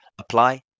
apply